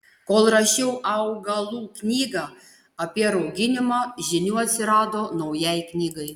kol rašiau augalų knygą apie rauginimą žinių atsirado naujai knygai